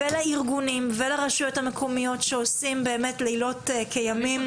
לארגונים ולרשויות המקומיות שבעניין הזה עושים לילות כימים